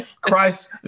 Christ